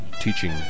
teaching